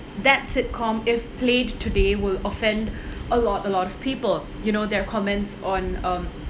that sitcom if played today will offend a lot a lot of people you know their comments on um